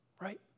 Right